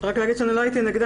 רוצה להגיד שאני לא הייתי נגד.